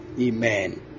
Amen